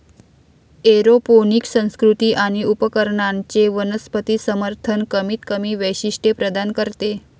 aeroponic संस्कृती आणि उपकरणांचे वनस्पती समर्थन कमीतकमी वैशिष्ट्ये प्रदान करते